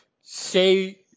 say